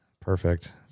Perfect